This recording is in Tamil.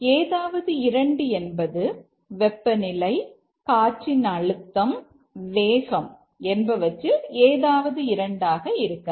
ஏதாவது 2 என்பது வெப்பநிலை காற்றின் அழுத்தம் வேகம் என்பவற்றில் ஏதாவது 2 இருக்கலாம்